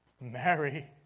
Mary